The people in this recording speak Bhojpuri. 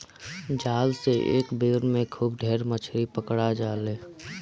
जाल से एक बेर में खूब ढेर मछरी पकड़ा जाले